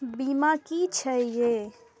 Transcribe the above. बीमा की छी ये?